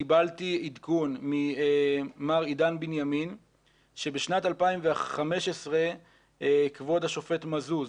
קיבלתי עדכון ממר עידן בנימין שבשנת 2015 כבוד השופט מזוז,